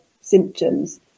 symptoms